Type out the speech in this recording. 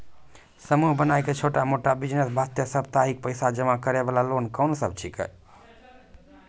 समूह बनाय के छोटा मोटा बिज़नेस वास्ते साप्ताहिक पैसा जमा करे वाला लोन कोंन सब छीके?